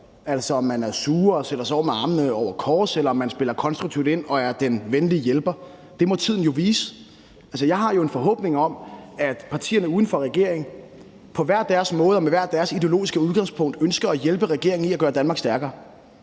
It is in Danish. altså om man er sur eller står med armene over kors eller man spiller konstruktivt ind og er den venlige hjælper, må tiden jo vise. Altså, jeg har jo en forhåbning om, at partierne uden for regeringen på hver deres måde og med hver deres ideologiske udgangspunkt ønsker at hjælpe regeringen med at gøre Danmark stærkere.